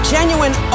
Genuine